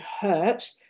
hurt